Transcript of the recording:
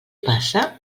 passa